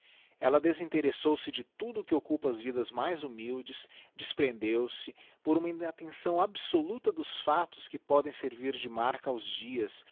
ella desinteressou se de tudo o que occupa as vidas mais humildes desprendeu-se por uma inattenção absoluta dos factos que podem servir de marca aos dias